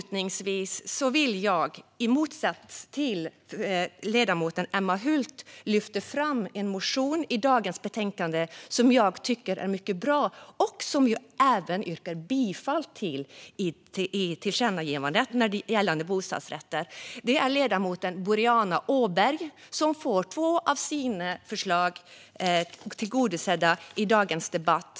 Till skillnad från ledamoten Emma Hult vill jag lyfta fram en motion i dagens betänkande som jag tycker är mycket bra och som även stöds i tillkännagivandet. Det är ledamoten Boriana Åberg som får två av sina förslag tillgodosedda i dagens debatt.